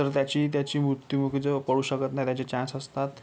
तर त्याची त्याची मृत्युमुखी जो पडू शकत नाही त्याचे चान्स असतात